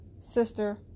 sister